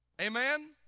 Amen